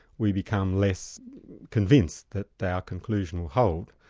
we become less convinced that that our conclusion will hold,